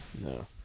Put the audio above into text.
No